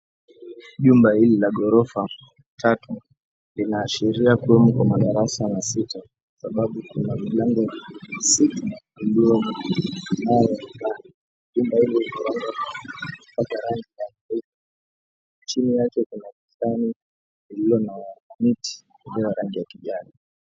Jumba hili la ghorofa tatu linaashiria kua na madarasa masita sababu kuna milango sita iliyo jumba hili limepakwa rangi nyeupe chini yake kuna bustani iliyo na miti iliyo ya rangi ya kijani.